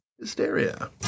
Hysteria